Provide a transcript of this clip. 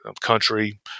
country